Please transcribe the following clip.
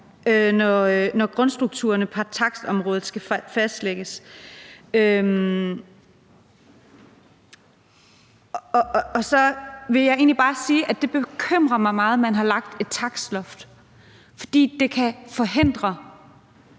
når grundstrukturerne på takstområdet skal fastlægges. Så vil jeg egentlig bare sige, at det bekymrer mig meget, at man har lagt et takstloft, fordi det kan forhindre